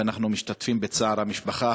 ואנחנו משתתפים בצער המשפחה.